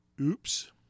Oops